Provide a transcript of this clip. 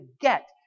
get